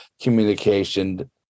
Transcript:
communication